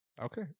Okay